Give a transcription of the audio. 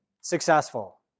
successful